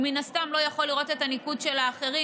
הוא מן הסתם לא יכול לראות את הניקוד של האחרים,